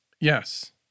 yes